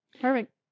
Perfect